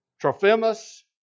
Trophimus